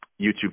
YouTube